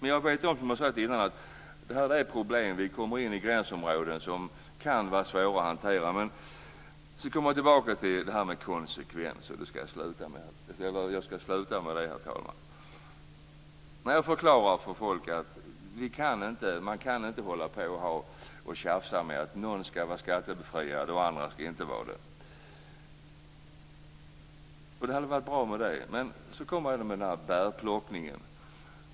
Nu finns det de som har sagt att det blir problem, att vi kommer in i gränsområden som kan vara svåra att hantera. Men då kommer jag tillbaka till det här med konsekvens. Jag skall sluta med det, herr talman. Jag förklarar för folk att man inte kan hålla på och tjafsa med att några skall vara skattebefriade och andra inte. Och det hade väl varit bra med det. Men så kommer frågan om bärplockningen.